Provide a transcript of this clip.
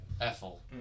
Ethel